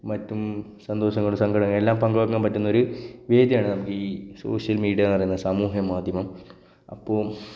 മറ്റു സന്തോഷങ്ങളും സങ്കടങ്ങളും എല്ലാം പങ്കുവെക്കാന് പറ്റുന്നൊരു വേദിയാണ് നമുക്ക് ഈ സോഷ്യല് മീഡിയ എന്നു പറയുന്നത് സമൂഹമാധ്യമം അപ്പോൾ